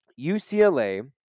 UCLA